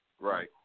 Right